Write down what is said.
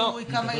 לא.